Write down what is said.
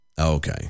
Okay